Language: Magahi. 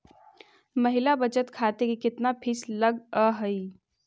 महिला बचत खाते के केतना फीस लगअ हई